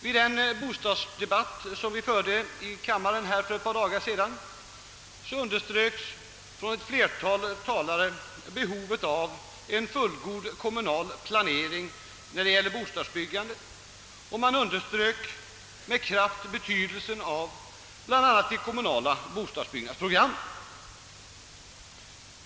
Under den bostadsdebatt vi hade här i kammaren för ett par dagar sedan pekade flera talare på behovet av en fullgod kommunal planering av bostadsbyggandet. Man underströk kraftigt betydelsen av bl.a. de kommunala bostadsbyggnadsprogrammen.